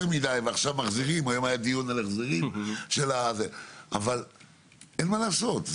מדי ועכשיו מחזירים היום היה דיון על זה אבל אין מה לעשות,